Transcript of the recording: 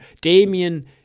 Damien